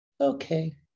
okay